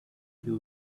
you